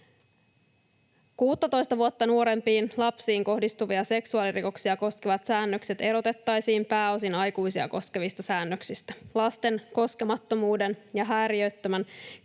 16 vuotta nuorempiin lapsiin kohdistuvia seksuaalirikoksia koskevat säännökset erotettaisiin pääosin aikuisia koskevista säännöksistä. Lasten koskemattomuuden ja häiriöttömän